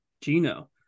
Gino